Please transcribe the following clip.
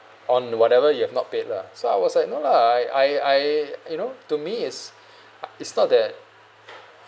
on whatever you have not paid lah so I was like no lah I I you know to me is is not that